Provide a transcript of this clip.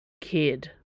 Kid